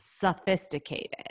sophisticated